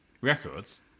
records